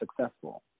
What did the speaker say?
successful